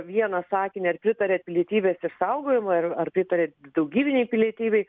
vieno sakinio ar pritariant pilietybės išsaugojimui ar ar pritariat daugybinei pilietybei